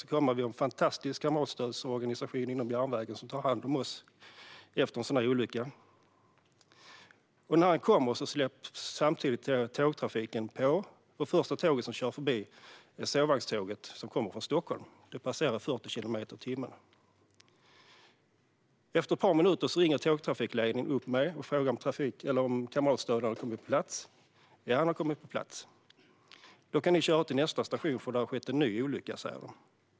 Vi har en fantastisk kamratstödsorganisation inom järnvägen som tar hand om oss efter en sådan olycka. När de kommer släpps samtidigt tågtrafiken på, och första tåget som kör förbi är sovvagnståget som kommer från Stockholm. Det passerar i 40 kilometer i timmen. Efter ett par minuter ringer tågtrafikledningen upp mig och frågar om kamratstödjaren har kommit på plats. Ja, han hade kommit på plats. Då fick vi veta att vi kunde köra till nästa station eftersom där hade skett en ny olycka, sa de.